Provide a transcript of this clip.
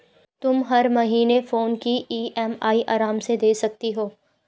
तुम हर महीने फोन की ई.एम.आई आराम से दे सकती हो